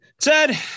Ted